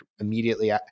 immediately